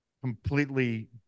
completely